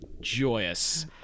joyous